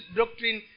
doctrine